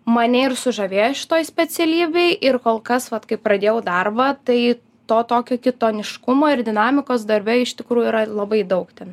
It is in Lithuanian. mane ir sužavėjo šitoj specialybėj ir kol kas vat kai pradėjau darbą tai to tokio kitoniškumo ir dinamikos darbe iš tikrųjų yra labai daug ten